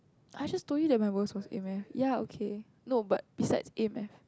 I just told you that my worst was A maths ya okay no but besides A maths